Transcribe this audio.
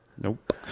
Nope